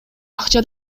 акча